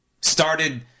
Started